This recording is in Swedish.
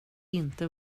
inte